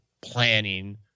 planning